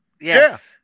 Yes